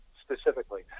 specifically